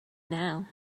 now